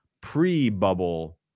pre-bubble